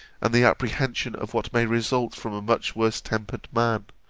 and the apprehension of what may result from a much worse-tempered man,